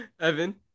Evan